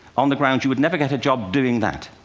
on the grounds you would never get a job doing that.